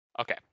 Okay